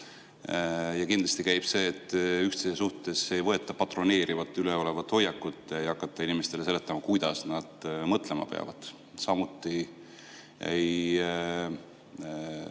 Ja kindlasti käib sinna juurde see, et üksteise suhtes ei võeta patroneerivat üleolevat hoiakut, ei hakata inimestele seletama, kuidas nad mõtlema peavad. Samuti ei